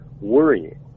worrying